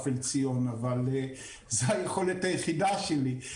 אבל זו היכולת היחידה שלי.